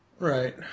Right